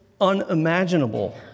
unimaginable